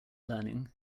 learning